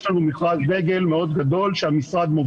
יש לנו מכרז דגל מאוד גדול שהמשרד,